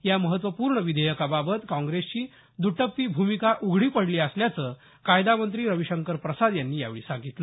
या महत्वपूर्ण विधेयकाबाबत काँग्रेसची द्दटप्पी भूमिका उघडी पडली असल्याच कायदा मंत्री रविशंकर प्रसाद यांनी यावेळी सांगितलं